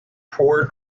poor